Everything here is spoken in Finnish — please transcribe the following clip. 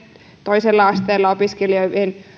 toisella asteella opiskelevien